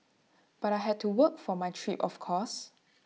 but I had to work for my trip of course